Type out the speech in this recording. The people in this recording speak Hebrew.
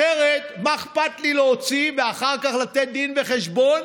אחרת מה אכפת לי להוציא ואחר כך לתת דין וחשבון?